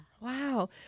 Wow